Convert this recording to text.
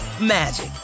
magic